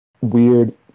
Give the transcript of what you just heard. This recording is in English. weird